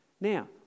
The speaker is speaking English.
Now